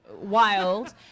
wild